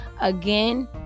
again